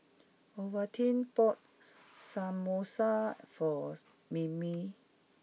Olivine bought Samosa for Mimi